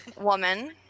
woman